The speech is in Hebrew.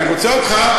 אני רוצה אותך,